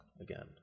again